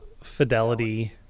fidelity